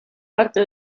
parte